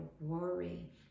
worry